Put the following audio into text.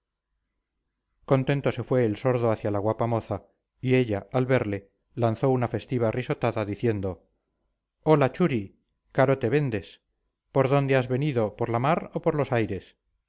contento se fue el sordo hacia la guapa moza y ella al verle lanzó una festiva risotada diciendo hola churi caro te vendes por dónde has venido por la mar o por los aires